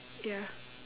ya